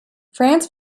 france